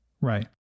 Right